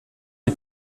ont